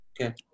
Okay